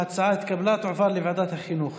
ההצעה התקבלה, ותועבר לוועדת החינוך.